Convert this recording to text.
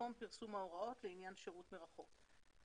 מקום פרסום ההוראות לעניין שירות מרחוק.